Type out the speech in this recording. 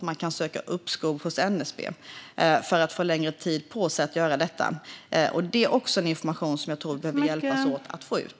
Man kan söka uppskov hos MSB för att få längre tid på sig att göra det som krävs, och även denna information behöver vi hjälpas åt att få ut.